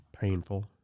painful